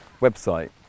website